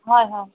হয় হয়